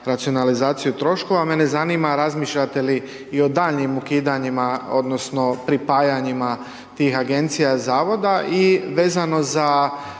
racionalizaciju troškova. Mene zanima razmišljate li i o daljnjim ukidanjima odnosno pripajanjima tih Agencija, Zavoda i vezano za